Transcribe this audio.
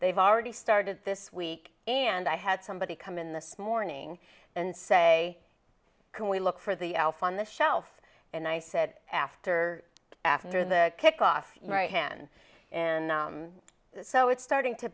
they've already started this week and i had somebody come in this morning and say can we look for the elf on the shelf and i said after after the kick off your right hand and so it's starting to